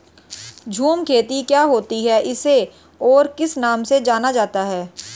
झूम खेती क्या होती है इसे और किस नाम से जाना जाता है?